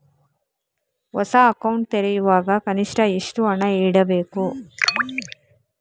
ಹೊಸ ಅಕೌಂಟ್ ತೆರೆಯುವಾಗ ಕನಿಷ್ಠ ಎಷ್ಟು ಹಣ ಇಡಬೇಕು?